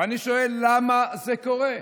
ואני שואל: למה זה קורה?